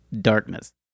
darkness